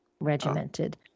regimented